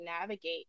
navigate